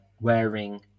wearing